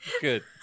good